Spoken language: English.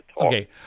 Okay